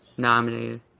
Nominated